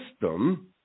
system